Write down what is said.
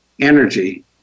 energy